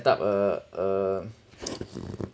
up uh uh